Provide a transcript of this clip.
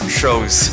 shows